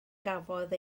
gafodd